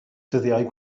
dyddiau